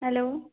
hello